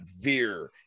Veer